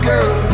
Girl